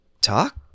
talk